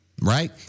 right